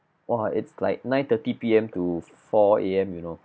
!wah! it's like nine thirty P_M to four A_M you know